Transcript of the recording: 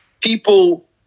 people